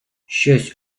щось